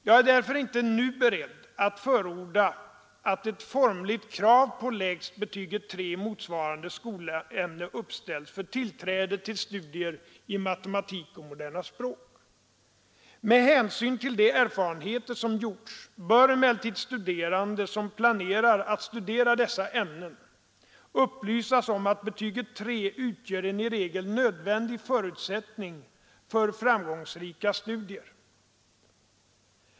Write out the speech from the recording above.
Jag är därför inte beredd att nu förorda att ett formligt krav på lägst betyget 3 i motsvarande skolämne uppställs för tillträde till studier i matematik och moderna språk. Med hänsyn till de erfarenheter som gjorts bör emellertid studerande, som planerar att studera dessa ämnen, upplysas om att betyget 3 utgör en i regel nödvändig förutsättning för framgångsrika studier.